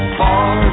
far